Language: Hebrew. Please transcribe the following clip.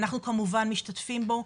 אנחנו כמובן משתתפים בו.